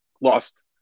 lost